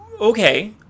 Okay